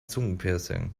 zungenpiercing